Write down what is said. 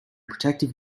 protective